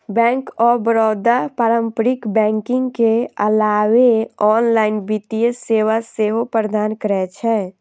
bank of Baroda पारंपरिक banking के अलावे ऑनलाइन वित्तीय सेवा सेहो प्रदान करै छै